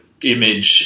Image